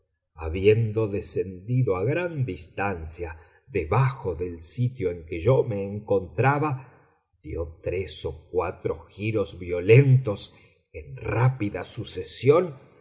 habiendo descendido a gran distancia debajo del sitio en que yo me encontraba dió tres o cuatro giros violentos en rápida sucesión